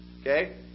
Okay